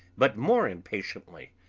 but more impatiently,